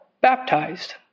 baptized